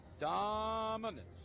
Dominance